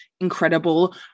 incredible